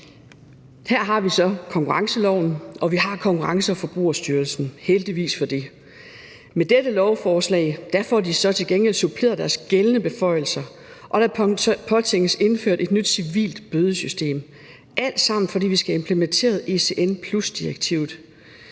Her har vi så konkurrenceloven, og vi har Konkurrence- og Forbrugerstyrelsen – heldigvis for det. Med dette lovforslag får de så til gengæld suppleret deres gældende beføjelser, og der påtænkes indført et nyt civilt bødesystem – alt sammen, fordi vi skal have implementeret ECN+-direktivet.